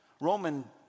Roman